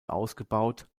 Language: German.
ausgebaut